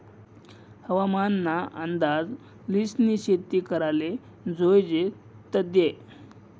हवामान ना अंदाज ल्हिसनी शेती कराले जोयजे तदय